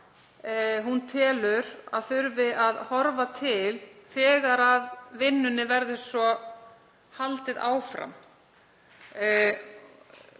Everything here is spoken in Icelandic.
hún telur að þurfi að horfa til þegar vinnunni verður svo haldið áfram.